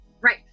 Right